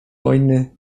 wojny